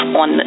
on